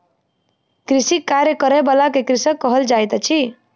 कृषिक कार्य करय बला के कृषक कहल जाइत अछि